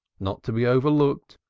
not to be overlooked,